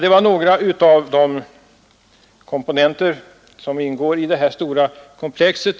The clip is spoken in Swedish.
Detta var några av de komponenter som ingår i det här stora komplexet.